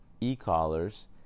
e-collars